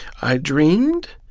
i dreamed.